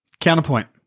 Counterpoint